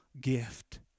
gift